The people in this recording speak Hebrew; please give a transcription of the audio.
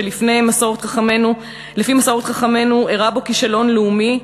שלפי מסורת חכמינו אירע בו כישלון לאומי,